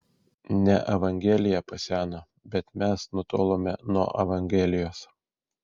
ne evangelija paseno bet mes nutolome nuo evangelijos